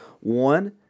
One